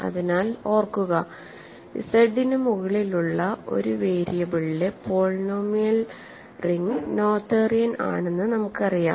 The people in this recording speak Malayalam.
അതിനാൽ ഓർക്കുക Z ന് മുകളിലുള്ള ഒരു വേരിയബിളിലെ പോളിനോമിയൽ റിംഗ് നോതേറിയൻ ആണെന്ന് നമുക്കറിയാം